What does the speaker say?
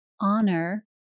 honor